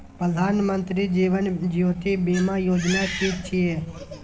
प्रधानमंत्री जीवन ज्योति बीमा योजना कि छिए?